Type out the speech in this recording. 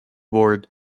board